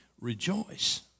rejoice